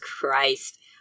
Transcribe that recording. Christ